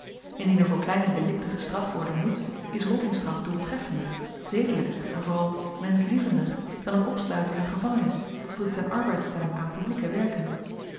indien er voor kleine delikten gestraft worden moet is rottingstraf doeltreffender zedelyker en vooral menschlievender dan t opsluiten in n gevangenis of de ten arbeidstelling aan publieke werken